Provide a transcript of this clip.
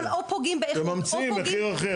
אבל או פוגעים באיכות או פוגעים --- וממציאים מחיר אחר,